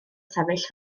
sefyll